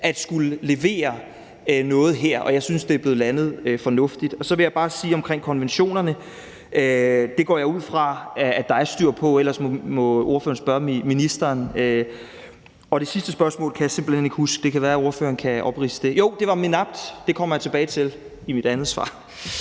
at skulle levere noget her, og jeg synes, at det er landet fornuftigt. Så vil jeg bare sige i forhold til konventionerne, at det går jeg ud fra at der er styr på. Ellers må ordføreren spørge ministeren. Og det sidste spørgsmål kan jeg simpelt hen ikke huske – det kan være, at ordføreren kan opridse det. Jo, det var det med MENAPT-landene, og det kommer jeg tilbage til i mit andet svar.